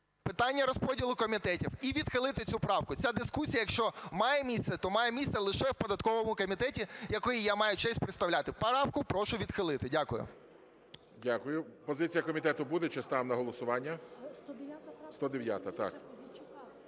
питання розподілу комітетів, і відхилити цю правку. Ця дискусія, якщо має місце, то має місце лише в податковому комітеті, який я маю честь представляти. Правку прошу відхилити. Дякую. ГОЛОВУЮЧИЙ. Дякую. Позиція комітету буде чи ставимо на голосування? 109-а, так.